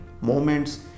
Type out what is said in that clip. moments